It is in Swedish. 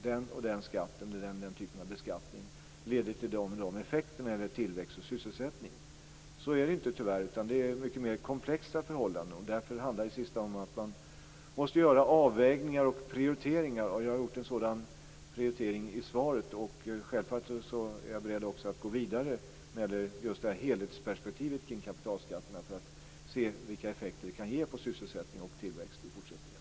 Den och den skatten eller den och den typen av beskattning leder till de och de effekterna när det gäller tillväxt och sysselsättning. Så är det tyvärr inte. Det är lite mer komplexa förhållanden. Därför handlar det i sista hand om att man måste göra avvägningar och prioriteringar. Jag har gjort en sådan prioritering i svaret. Självfallet är jag också beredd att gå vidare med just helhetsperspektivet kring kapitalskatterna för att se vilka effekter det kan ge för sysselsättning och tillväxt i fortsättningen.